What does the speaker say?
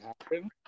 happen